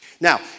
Now